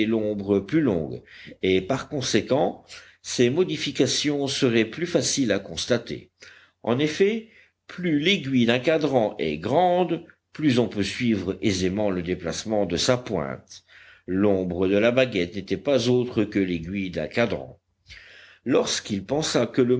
l'ombre plus longue et par conséquent ses modifications seraient plus faciles à constater en effet plus l'aiguille d'un cadran est grande plus on peut suivre aisément le déplacement de sa pointe l'ombre de la baguette n'était pas autre chose que l'aiguille d'un cadran lorsqu'il pensa que le